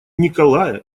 николая